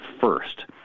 first